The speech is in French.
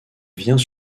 vient